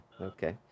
okay